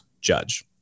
judge